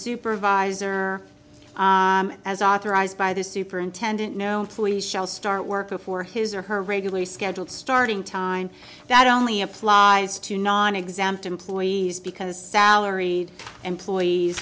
supervisor as authorized by the superintendent no employee shall start work before his or her regular scheduled starting time that only applies to nonexempt employees because salaried employees